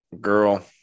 girl